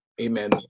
Amen